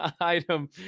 Item